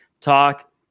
talk